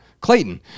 clayton